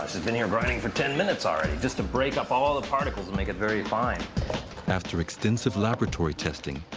and been here grinding for ten minutes, already, just to break up all the particles and make it very fine. narrator after extensive laboratory testing,